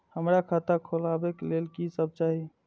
हमरा खाता खोलावे के लेल की सब चाही?